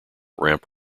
ramp